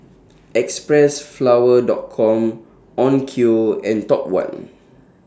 Xpressflower Dot Com Onkyo and Top one